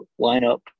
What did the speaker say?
lineup